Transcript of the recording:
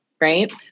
right